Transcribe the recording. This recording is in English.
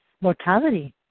mortality